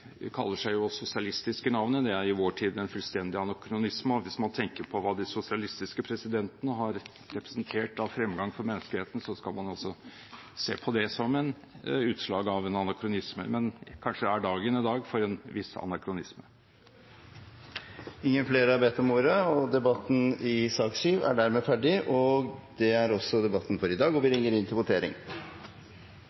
kaller seg jo sosialistisk i navnet. Det er i vår tid en fullstendig anakronisme. Hvis man tenker på hva de sosialistiske presidentene har representert av fremgang for menneskeheten, så skal man altså se på det som et utslag av en anakronisme, men kanskje er dette dagen for en viss anakronisme. Flere har ikke bedt om ordet til sak nr. 7. Da er Stortinget klar til å gå til votering. Under debatten